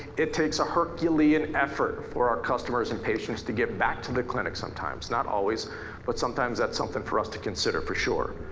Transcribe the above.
it takes a herculean effort for our customers and patients to get back to the clinic sometimes, not always but sometimes that's something for us to consider for sure.